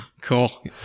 Cool